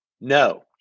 No